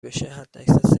بشه، حداکثر